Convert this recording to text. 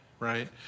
Right